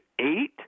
Eight